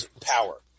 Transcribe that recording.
power